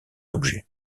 objets